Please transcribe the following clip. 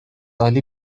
عالی